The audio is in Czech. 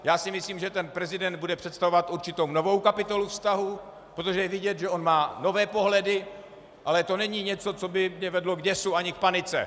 Já si myslím, že ten prezident bude představovat určitou novou kapitolu vztahů, protože je vidět, že on má nové pohledy, ale to není něco, co by mě vedlo k děsu ani k panice.